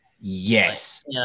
Yes